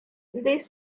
this